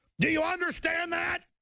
do you understand that?